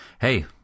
hey